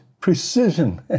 precision